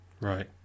Right